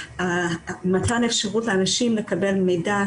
מתן השירות לאנשים לקבל מידע,